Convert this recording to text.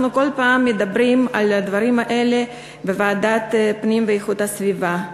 בכל פעם אנחנו מדברים על הדברים האלה בוועדת הפנים והגנת הסביבה.